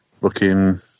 looking